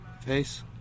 Face